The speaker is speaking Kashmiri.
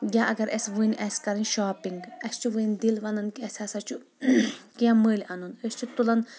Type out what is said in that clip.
یا اگر اسہِ ؤنۍ آسہِ کرٕنۍ شاپنٛگ اسہِ چھُ ؤنۍ دِل ونان کہِ اسہِ ہسا چھُ کینٛہہ مٔلۍ انُن أسۍ چھِ تُلان